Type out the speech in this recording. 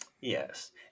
yes